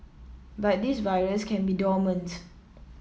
but this virus can be dormant